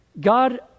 god